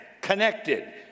connected